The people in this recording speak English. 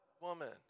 woman